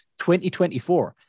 2024